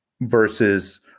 versus